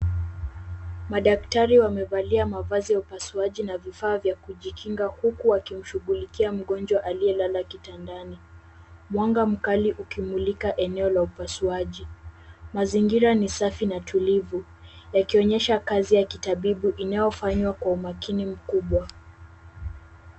Madaktari wamevalia mavazi ya upasuaji na vifaa vya kujikinga huku wakimshughulikia mgonjwa aliyelala kitandani. Mwanga mkali ukimulika eneo la upasuaji. Mazingira ni safi na tulivu, yakionyesha kazi ya kitabibu inayofanywa kwa umakini mkubwa.